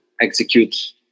execute